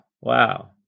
Wow